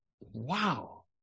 wow